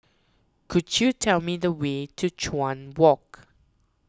could you tell me the way to Chuan Walk